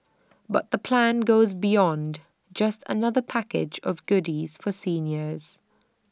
but the plan goes beyond just another package of goodies for seniors